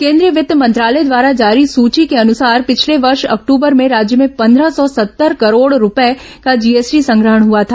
केंद्रीय वित्त मंत्रालय द्वारा जारी सूची के अनुसार पिछले वर्ष अक्टूबर में राज्य में पंद्रह सौ सत्तर करोड़ रूपये का जीएसटी संग्रहण हुआ था